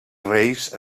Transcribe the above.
reis